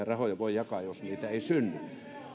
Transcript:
rahoja voi jakaa jos niitä ei synny